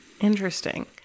Interesting